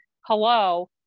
hello